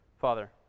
Father